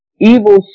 evil